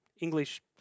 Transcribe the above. English